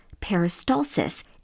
peristalsis